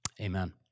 Amen